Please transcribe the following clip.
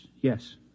yes